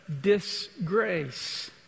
disgrace